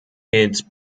its